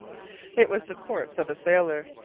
it was the corpse of a sailor,